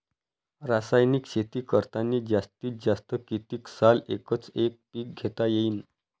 रासायनिक शेती करतांनी जास्तीत जास्त कितीक साल एकच एक पीक घेता येईन?